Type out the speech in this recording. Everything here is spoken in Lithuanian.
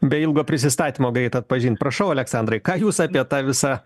be ilgo prisistatymo greit atpažint prašau aleksandrai ką jūs apie tą visą